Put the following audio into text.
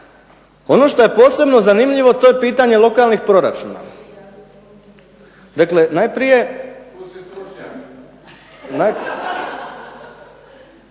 Ono šta je posebno zanimljivo to je pitanje lokalnih proračuna. Dakle najprije